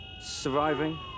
Surviving